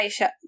Aisha